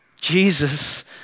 Jesus